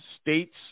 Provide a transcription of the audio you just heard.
states